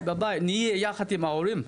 נהיה יחד עם ההורים.